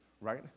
right